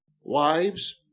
Wives